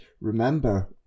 remember